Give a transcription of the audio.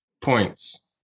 points